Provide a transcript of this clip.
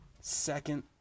Second